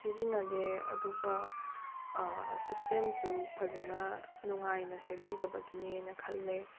ꯁꯤꯖꯤꯟꯅꯗꯦ ꯑꯗꯨꯒ ꯁꯤꯁꯇꯦꯝꯁꯨ ꯐꯖꯅ ꯅꯨꯡꯉꯥꯏꯅ ꯁꯦꯝꯕꯤꯗꯕꯒꯤꯅꯦꯅ ꯈꯜꯂꯦ